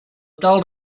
tal